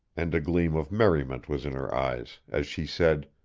and a gleam of merriment was in her eyes, as she said